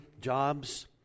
jobs